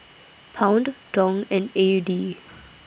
Pound Dong and A U D